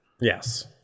Yes